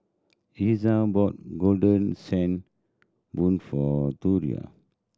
Iza bought Golden Sand Bun for Torrie